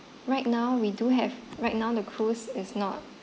right now we do have right now the cruise is not